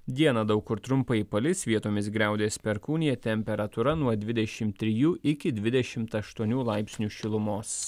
dieną daug kur trumpai palis vietomis griaudės perkūnija temperatūra nuo dvidešimt trijų iki dvidešimt aštuonių laipsnių šilumos